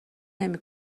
نمی